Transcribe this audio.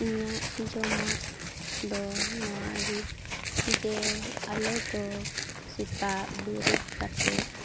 ᱤᱧᱟᱹᱜ ᱡᱚᱢᱟᱜ ᱫᱚ ᱱᱚᱣᱟᱜᱮ ᱡᱮ ᱟᱞᱮ ᱫᱚ ᱥᱮᱛᱟᱜ ᱵᱮᱨᱮᱫ ᱠᱟᱛᱮ